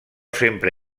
sempre